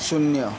शून्य